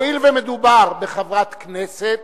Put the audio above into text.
הואיל ומדובר בחברת הכנסת,